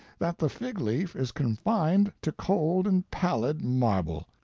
that the fig-leaf is confined to cold and pallid marble,